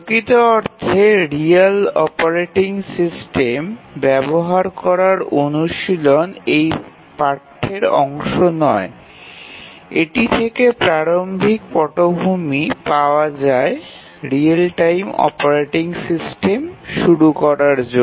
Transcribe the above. প্রকৃতঅর্থে real operating system ব্যবহার করার অনুশীলন এই পাঠ্যের অংশ নয় এটি থেকে প্রারম্ভিক পটভূমি পাওয়া যায় রিয়েল টাইম অপারেটিং সিস্টেম শুরু করার জন্য